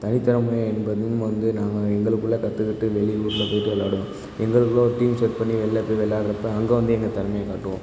தனித்திறமை என்பதும் வந்து நாங்கள் எங்களுக்குள்ளே கற்றுக்கிட்டு வெளியூரில் போய்விட்டு விளாடுவோம் எங்களுக்குள்ளே ஒரு டீம் செட் பண்ணி வெளில போய் விளாட்றப்ப அங்கே வந்து எங்கள் திறமைய காட்டுவோம்